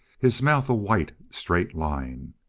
his mouth a white, straight line.